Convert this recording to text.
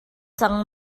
cang